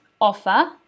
offer